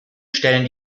stellen